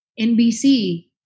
NBC